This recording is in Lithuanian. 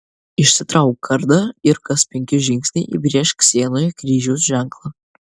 išsitrauk kardą ir kas penki žingsniai įbrėžk sienoje kryžiaus ženklą